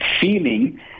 feeling